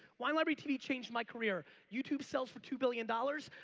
wine library tv changed my career. youtube sells for two billion dollars.